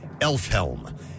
Elfhelm